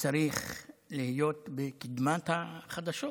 שצריך להיות בקדמת החדשות.